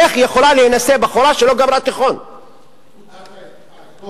איך בחורה שלא גמרה תיכון יכולה להינשא?